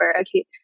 Okay